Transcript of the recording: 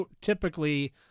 typically